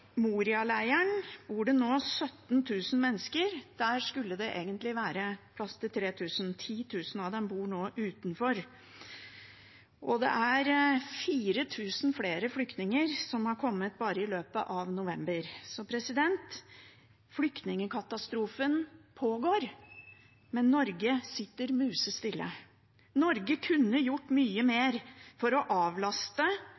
Moria-leiren bor det nå 17 000 mennesker. Der skulle det egentlig være plass til 3 000. 10 000 av dem bor nå utenfor leiren. Det er 4 000 flere flyktninger som er kommet bare i løpet av november. Flyktningkatastrofen pågår, men Norge sitter musestille. Norge kunne ha gjort mye